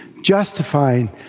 justifying